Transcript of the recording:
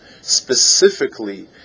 specifically